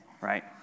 right